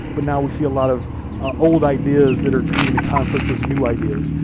but now we see a lot of old ideas that are coming into conflict with new ideas.